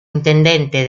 intendente